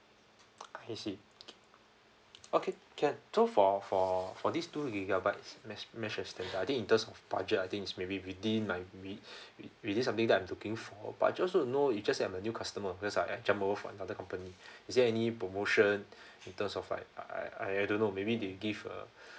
I see okay can so for for for this two gigabytes mesh mesh extender I think in terms of budget I think it's maybe within my with within something that I'm looking for but just also to know if just that I'm a new customer because I I jumped over from another company is there any promotion in terms of like I I don't know maybe they give a